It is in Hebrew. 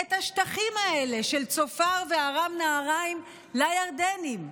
את השטחים האלה של צופר וארם נהריים לירדנים.